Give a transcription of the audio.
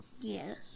Yes